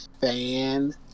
fan